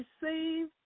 receive